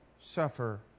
suffer